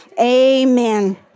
amen